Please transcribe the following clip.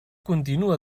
continua